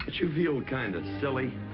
you feel kind of silly?